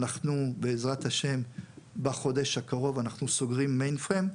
בעזרת השם בחודש הקרוב אנחנו סוגרים מיינפריים,